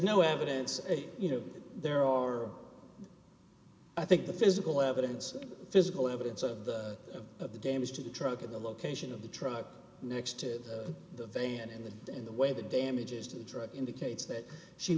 no evidence and you know there are i think the physical evidence physical evidence of the of the damage to the truck at the location of the truck next to the van in the in the way the damages to the truck indicates that she